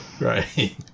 Right